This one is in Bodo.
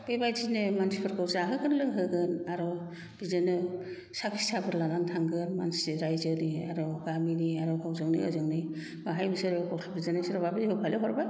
बेबायदिनो मानसिफोरखौ जाहोगोन लोंहोगोन आरो बिदिनो साखि साबोर लानानै थांगोन मानसि रायजोनि आरो गामिनि आरो हजोंनि ओजोंनि बाहाय बिसोरो सोरहाबा बिहु फालि हरबाय